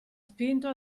spinto